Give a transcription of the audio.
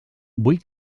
vull